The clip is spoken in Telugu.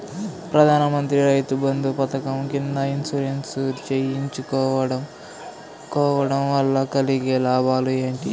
ప్రధాన మంత్రి రైతు బంధు పథకం కింద ఇన్సూరెన్సు చేయించుకోవడం కోవడం వల్ల కలిగే లాభాలు ఏంటి?